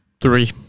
Three